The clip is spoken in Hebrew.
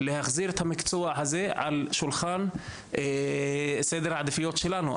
להחזיר את המקצוע הזה לשולחן סדר העדיפויות שלנו.